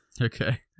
Okay